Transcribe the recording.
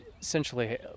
essentially